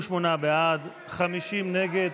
38 בעד, 50 נגד.